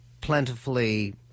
plentifully